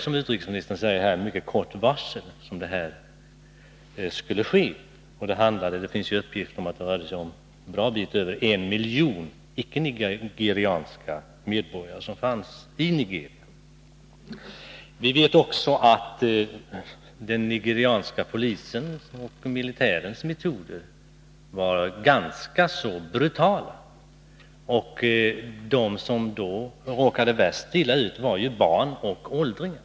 Som utrikesministern säger skulle evakueringen ske med mycket kort varsel, och det finns uppgifter om att en bra bit över en miljon ickenigerianska medborgare befann sig i Nigeria. Vi vet också att den nigerianska polisens och militärens metoder var mycket brutala. De som råkade mest illa ut var barn och åldringar.